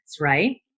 right